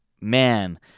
man